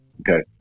Okay